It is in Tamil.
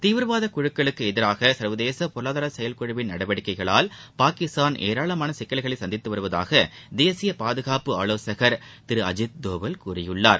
தீவிரவாத குழுக்களுக்கு எதிராக சர்வதேச பொருளாதார செயல் குழுவின் நடவடிக்கைகளால் பாகிஸ்தான் ஏராளமான சிக்கல்களை சந்தித்து வருவதாக தேசிய பாதுகாப்பு ஆலோசகர் திரு அஜித் தோவல் கூறியுள்ளார்